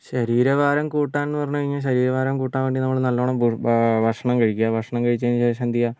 ശരീരഭാരം കൂട്ടാൻ എന്നു പറഞ്ഞു കഴിഞ്ഞാൽ ശരീരഭാരം കൂട്ടാൻ വേണ്ടി നല്ലവണ്ണം ഭക്ഷണം കഴിക്കുക ഭക്ഷണം കഴിച്ചതിനുശേഷം എന്തു ചെയ്യാം